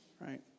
right